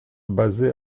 basé